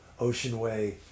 Oceanway